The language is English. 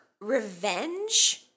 revenge